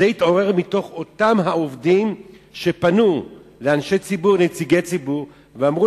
זה התעורר כאשר עובדים פנו לנציגי ציבור ואמרו